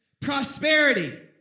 prosperity